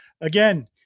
Again